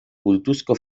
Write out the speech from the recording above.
kultuzko